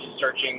searching